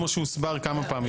כמו שהוסבר כמה פעמים.